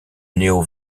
néo